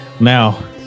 Now